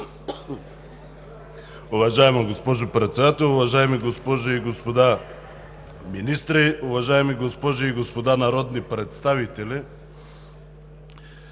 Уважаема госпожо Председател, уважаеми госпожи и господа министри, уважаеми госпожи и господа народни представители!